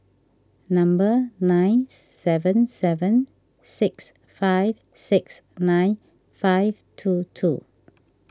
number nine seven seven six five six nine five two two